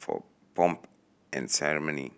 for pomp and ceremony